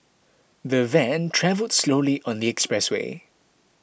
the van travelled slowly on the expressway